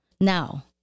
Now